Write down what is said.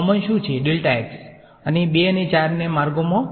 common શું છે અને 2 અને 4 માં માર્ગોમાં